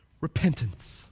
Repentance